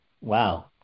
Wow